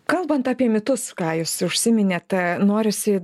kalbant apie mitus ką jūs užsiminėt norisi